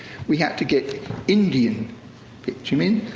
we had to get indian bitumen.